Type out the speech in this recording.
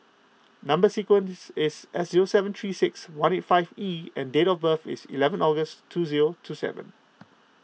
Number Sequence is S U seven three six one eight five E and date of birth is eleven August two zero two seven